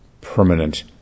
permanent